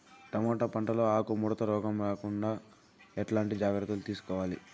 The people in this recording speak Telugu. టమోటా పంట లో ఆకు ముడత రోగం రాకుండా ఎట్లాంటి జాగ్రత్తలు తీసుకోవాలి?